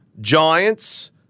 Giants